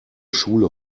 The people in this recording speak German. schule